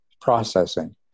processing